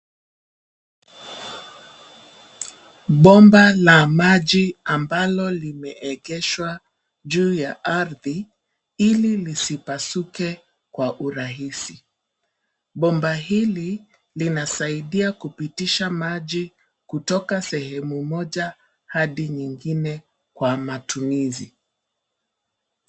Bomba la maji ambalo limeegeshwa juu ya ardhi ili lisipasuke kwa urahisi. Bomba hili linasaidia kupitisha maji kutoka sehemu moja hadi nyingine kwa matumizi.